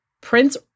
Prince